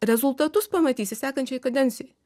rezultatus pamatysi sekančioj kadencijoj